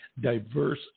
diverse